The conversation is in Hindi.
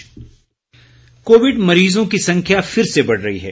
कोविड संदेश कोविड मरीजों की संख्या फिर से बढ़ रही है